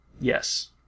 Yes